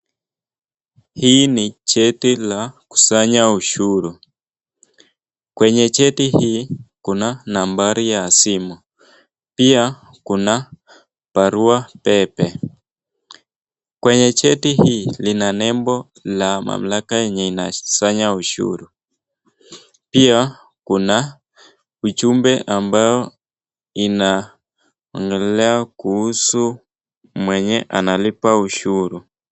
Hii ni cheti cha kukusanaya ushuru. Kwenye cheti hii kuna nambari ya simu pia kuna barua pepe. Kwenye cheti hii kuna nembo ya mamlaka yenye inasanya ushuru pia kuna ujumbe ambayo inoangelela kuhusu mwenye analipa ushuru.